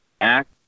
act